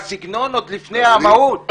הסגנון עוד לפני המהות.